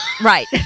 right